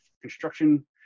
construction